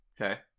okay